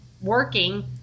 working